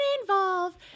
involve